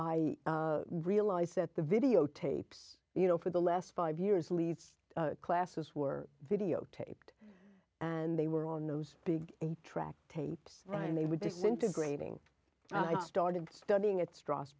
i realize that the videotapes you know for the last five years leave classes were videotaped and they were on those big eight track tapes and they would disintegrate ng i started studying at stra